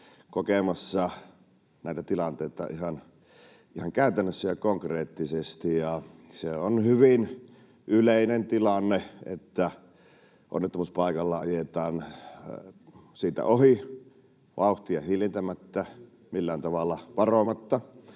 kokemassa näitä tilanteita ihan käytännössä ja konkreettisesti. Se on hyvin yleinen tilanne, että onnettomuuspaikalla ajetaan siitä ohi vauhtia hiljentämättä, millään tavalla varomatta.